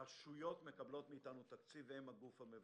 הרשויות מקבלות מאיתנו תקציב, והן הגוף המבצע.